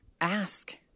ask